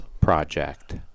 project